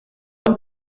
han